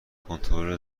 کنترل